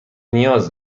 نیاز